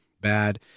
bad